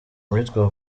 uwitwa